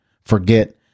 forget